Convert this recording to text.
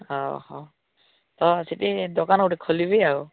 ହଉ ହଉ ତ ସେଠି ଦୋକାନ ଗୋଟେ ଖୋଲିବି ଆଉ